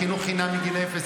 חינוך חינם מגיל אפס,